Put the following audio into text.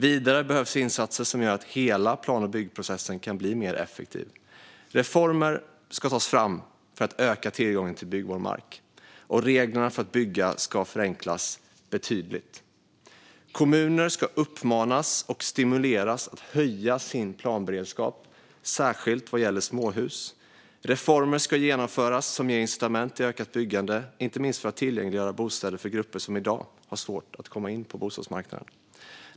Vidare behövs insatser som gör att hela plan och byggprocessen kan bli mer effektiv. Reformer ska tas fram för att öka tillgången till byggbar mark, och reglerna för att bygga ska förenklas betydligt. Kommuner ska uppmanas och stimuleras att höja sin planberedskap, särskilt vad gäller småhus. Reformer ska genomföras som ger incitament till ökat byggande, inte minst för att tillgängliggöra bostäder för grupper som i dag har svårt att komma in på bostadsmarknaden.